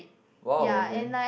!wow! okay